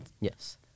Yes